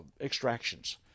extractions